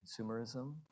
consumerism